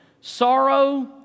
Sorrow